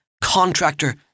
contractor